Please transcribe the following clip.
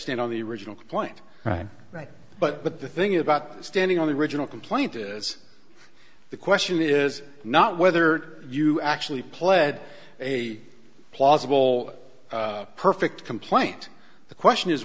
stand on the original complaint right right but the thing about standing on the original complaint is the question is not whether you actually pled a plausible perfect complaint the question is